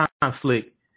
conflict